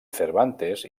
cervantes